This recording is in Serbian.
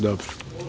Dobro.